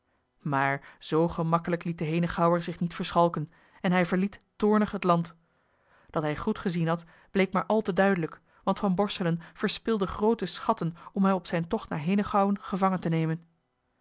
maar zoo gemakkelijk liet de henegouwer zich niet verschalken en hij verliet toornig het land dat hij goed gezien had bleek maar al te duidelijk want van borselen verspilde groote schatten om hem op zijn tocht naar henegouwen gevangen te nemen